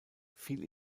fiel